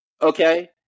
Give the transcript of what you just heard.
Okay